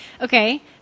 Okay